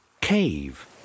cave